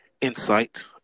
insight